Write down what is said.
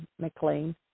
McLean